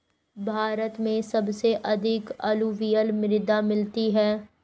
भारत में सबसे अधिक अलूवियल मृदा मिलती है